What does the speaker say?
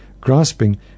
grasping